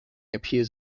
appears